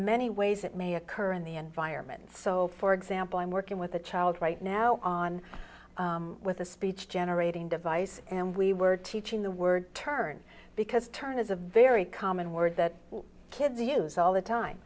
many ways that may occur in the environment so for example i'm working with a child right now on with a speech generating device and we were teaching the word turn because turn is a very common word that kids use all the time